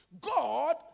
God